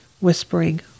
whispering